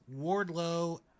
Wardlow